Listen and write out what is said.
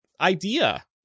idea